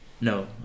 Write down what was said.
No